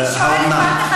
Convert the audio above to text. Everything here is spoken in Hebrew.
אני שואלת,